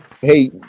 hey